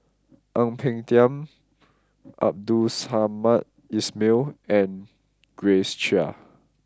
Ang Peng Tiam Abdul Samad Ismail and Grace Chia